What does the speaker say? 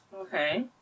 Okay